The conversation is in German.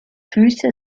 füße